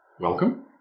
Welcome